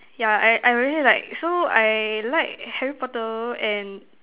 yeah I I really like so I like Harry Potter and